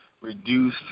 reduce